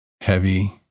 heavy